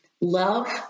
love